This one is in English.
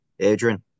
Adrian